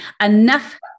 enough